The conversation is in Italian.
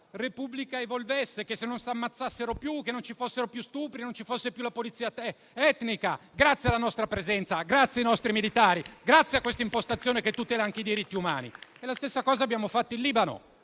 quella Repubblica evolvesse, che non si ammazzassero più, che non ci fossero più stupri e non ci fosse più la pulizia etnica: tutto questo grazie alla nostra presenza, grazie ai nostri militari e grazie a questa impostazione che tutela anche i diritti umani. La stessa cosa abbiamo fatto in Libano: